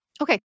Okay